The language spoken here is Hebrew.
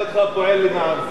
נראה אותך פועל למען זה.